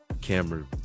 camera